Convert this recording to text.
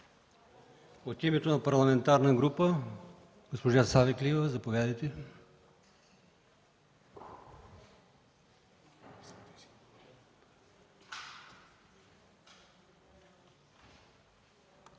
От името на парламентарна група – госпожа Савеклиева, заповядайте.